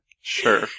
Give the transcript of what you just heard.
Sure